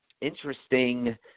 interesting